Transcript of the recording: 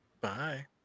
Bye